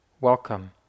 welcome